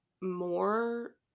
more